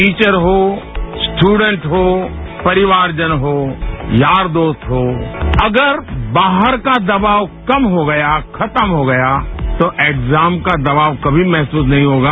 teacher हो student हो परिवार जन हो यार दोस्त हो अगर बाहर का दवाब कम हो गया खत्म हो गया तो एक्जाम का दवाब कभी महसूस नहीं होगा